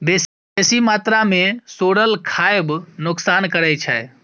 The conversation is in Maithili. बेसी मात्रा मे सोरल खाएब नोकसान करै छै